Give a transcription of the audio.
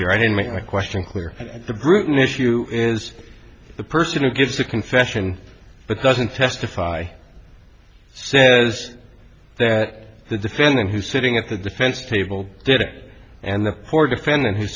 here i didn't make my question clear the bruton issue is the person who gives the confession but doesn't testify says that the defendant who's sitting at the defense table did it and then or defendant who's